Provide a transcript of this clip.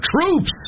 troops